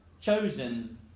chosen